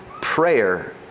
prayer